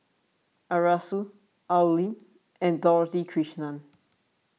Arasu Al Lim and Dorothy Krishnan